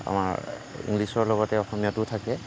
আমাৰ ইংলিচৰ লগতে অসমীয়াটো থাকে